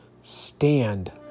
Stand